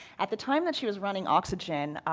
at the time that she was running oxygen,